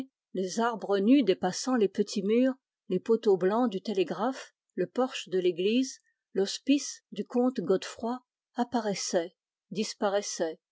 les arbres nus dépassant les petits murs les poteaux blancs du télégraphe le porche de l'église l'hospice du comte godefroy apparaissaient disparaissaient